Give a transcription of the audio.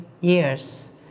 years